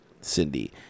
Cindy